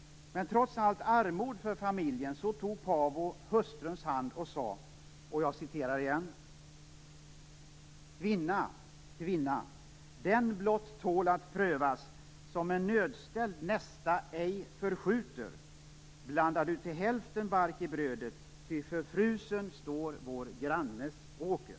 Men trots allt armod för familjen tog Paavo hustruns hand och sade: "Kvinna, kvinna, den blott tål att prövas, som en nödställd nästa ej förskjuter. Blanda du till hälften bark i brödet, ty förfrusen står vår grannes åker!"